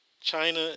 China